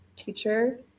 teacher